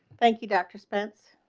thank you. doctor spent